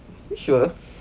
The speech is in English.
are you sure